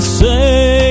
say